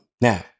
Now